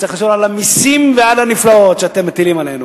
צריך לשיר על המסים ועל הנפלאות שאתם מטילים עלינו